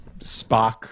Spock